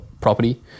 property